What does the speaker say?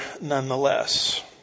nonetheless